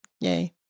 yay